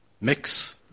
mix